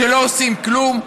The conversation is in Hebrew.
שלא עושים כלום?